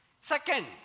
Second